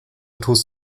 tust